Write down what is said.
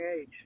age